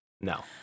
No